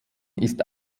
ist